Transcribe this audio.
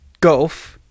Golf